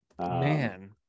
Man